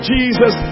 Jesus